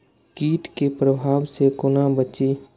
कीट के प्रभाव से कोना बचीं?